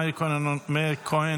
מאיר כהן,